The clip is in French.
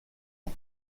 ans